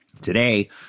today